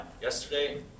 Yesterday